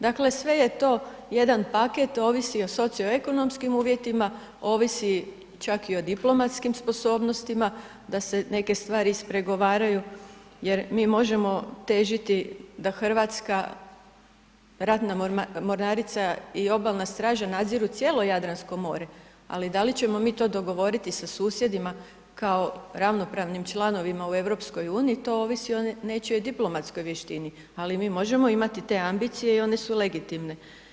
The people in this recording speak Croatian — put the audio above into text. Dakle, sve je to jedan paket ovisi i o socioekonomskim uvjetima, ovisi čak i o diplomatskim sposobnostima da se neke stvari ispregovaraju jer mi možemo da Hrvatska ratna mornarica i obalna straža nadziru cijelo Jadransko more, ali da li ćemo mi to dogovoriti sa susjedima kao ravnopravnim članovima u EU to ovisi o nečijoj diplomatskoj vještini, ali mi možemo imate ambicije i one su legitimne.